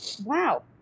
Wow